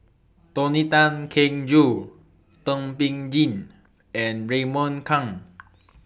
Tony Tan Keng Joo Thum Ping Tjin and Raymond Kang